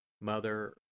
Mother